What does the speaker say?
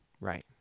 Right